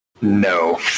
No